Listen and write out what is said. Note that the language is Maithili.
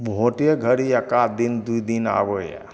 भोटे घड़ी एकाध दिन दुइ दिन आबैया